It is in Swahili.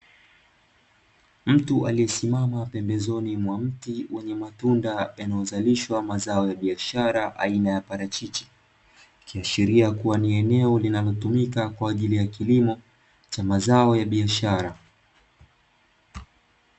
Mtu aliyesimama pembezoni mwa mti wenye matunda, yanayozalishwa mazao ya biashara aina ya parachichi, Ikiashiria kua ni eneo linalotumika kwa ajili ya kilimo cha mazao ya biashara.